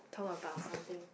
talk about something